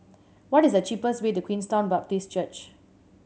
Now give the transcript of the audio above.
what is the cheapest way to Queenstown Baptist Church